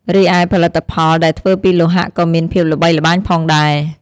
រីឯផលិតផលដែលធ្វើពីលោហៈក៏មានភាពល្បីល្បាញផងដែរ។